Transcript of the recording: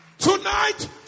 Tonight